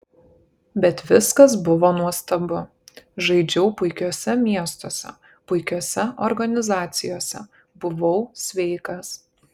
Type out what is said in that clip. bet viskas buvo nuostabu žaidžiau puikiuose miestuose puikiose organizacijose buvau sveikas